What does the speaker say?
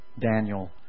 Daniel